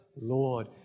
Lord